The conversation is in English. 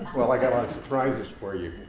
well, i've got a lot of surprises for you.